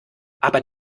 aber